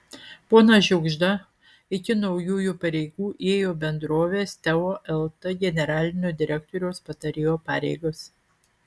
ponas žiugžda iki naujųjų pareigų ėjo bendrovės teo lt generalinio direktoriaus patarėjo pareigas